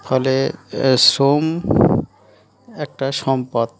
ফলে শ্রম একটা সম্পদ